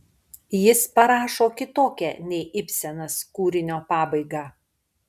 jis parašo kitokią nei ibsenas kūrinio pabaigą